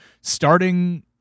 starting